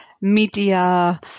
media